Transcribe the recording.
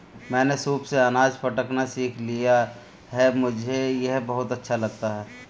मैंने सूप से अनाज फटकना सीख लिया है मुझे यह बहुत अच्छा लगता है